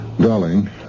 Darling